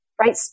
Right